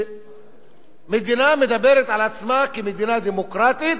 שמדינה מדברת על עצמה כמדינה דמוקרטית